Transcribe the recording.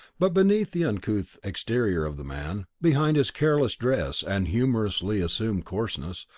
but beneath the uncouth exterior of the man, behind his careless dress and humorously assumed coarseness,